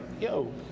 yo